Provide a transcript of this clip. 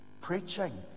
Preaching